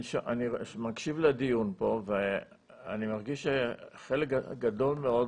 אני מקשיב לדיון פה ואני מרגיש שחלק גדול מאוד